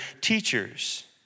teachers